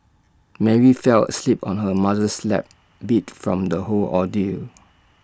Mary fell asleep on her mother's lap beat from the whole ordeal